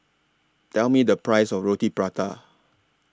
Tell Me The Price of Roti Prata